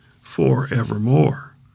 forevermore